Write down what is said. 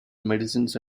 medicines